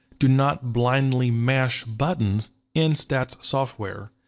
do not blindly mash buttons in stats software.